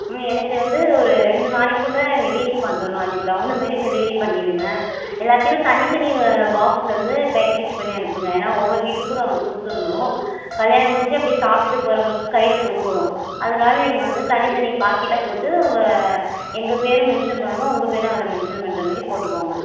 ம் எனக்கு வந்து ஒரு ரெண்டு நாளைக்குள்ளே எங்கே வீட்டுக்கு வந்துடணும் அதுக்கு தகுந்த மாரி டெலிவரி பண்ணிவிடுங்க எல்லாத்தையும் தனி தனி பாக்ஸில் வந்து பேக்கேஜ் பண்ணி அனுப்புங்க ஏன்னால் ஒவ்வொரு வீட்டுக்கும் நாங்கள் கொடுத்து விடணும் கல்யாணம் முடிஞ்சு அப்படியே சாப்பிட்டு போகிறவங்களுக்கு கையில் கொடுக்கணும் அதனால நீங்கள் வந்து தனித்தனி பாக்கெட்டாக போட்டு உங்கள் எங்கள் பேரை மென்ஷன் பண்ணணும் உங்கள் பேரும் அதில் மென்ஷன் பண்ணுற மாரி போட்டுக்கோங்க